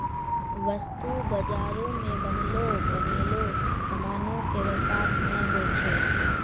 वस्तु बजारो मे बनलो बनयलो समानो के व्यापार नै होय छै